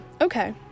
okay